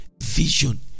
vision